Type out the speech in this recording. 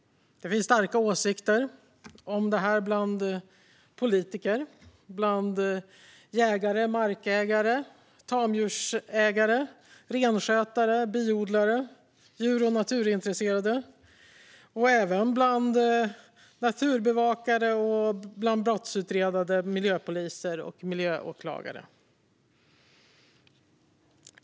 Det finns starka åsikter om detta bland politiker, jägare, markägare, tamdjursägare, renskötare, biodlare och djur och naturintresserade, men även bland naturbevakare och brottsutredande miljöpoliser och miljöåklagare.